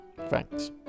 Thanks